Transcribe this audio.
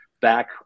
back